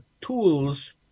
tools